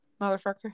motherfucker